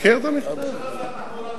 אברהים,